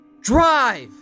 Drive